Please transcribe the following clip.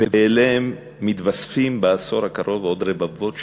ואליהם מתווספים בעשור הקרוב עוד רבבות ילדים,